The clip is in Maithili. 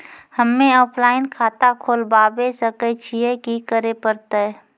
हम्मे ऑफलाइन खाता खोलबावे सकय छियै, की करे परतै?